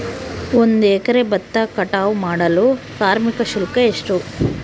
ಒಂದು ಎಕರೆ ಭತ್ತ ಕಟಾವ್ ಮಾಡಲು ಕಾರ್ಮಿಕ ಶುಲ್ಕ ಎಷ್ಟು?